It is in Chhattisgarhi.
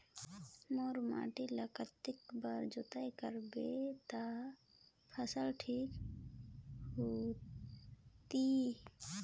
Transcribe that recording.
मारू माटी ला कतना बार जुताई करबो ता फसल ठीक होती?